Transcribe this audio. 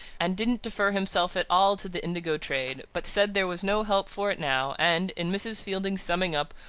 and didn't defer himself at all to the indigo trade, but said there was no help for it now and, in mrs. fielding's summing up,